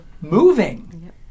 moving